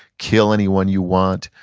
kill anyone you want,